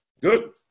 Good